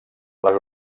les